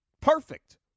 Perfect